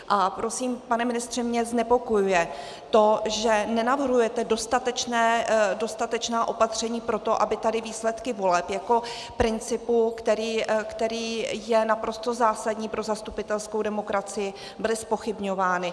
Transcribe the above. A prosím, pane ministře, mě znepokojuje to, že nenavrhujete dostatečná opatření pro to, aby tady výsledky voleb, principu, který je naprosto zásadní pro zastupitelskou demokracii, nebyly zpochybňovány.